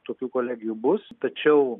tokių kolegių bus tačiau